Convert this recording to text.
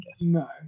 No